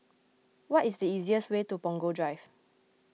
what is the easiest way to Punggol Drive